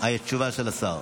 תשובה של השר.